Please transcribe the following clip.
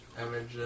average